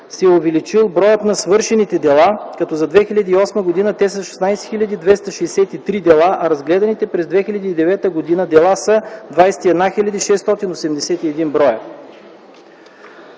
се е увеличил броят на свършените дела, като за 2008 г. те са 16 263 дела, а разгледаните през 2009 г. дела са 21 681 броя.